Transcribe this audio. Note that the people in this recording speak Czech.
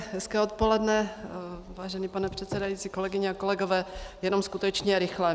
Hezké odpoledne, vážený pane předsedající, kolegyně a kolegové, jenom skutečně rychle.